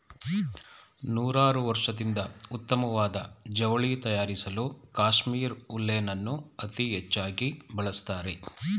ನೂರಾರ್ವರ್ಷದಿಂದ ಉತ್ತಮ್ವಾದ ಜವ್ಳಿ ತಯಾರ್ಸಲೂ ಕಾಶ್ಮೀರ್ ಉಲ್ಲೆನನ್ನು ಅತೀ ಹೆಚ್ಚಾಗಿ ಬಳಸ್ತಾರೆ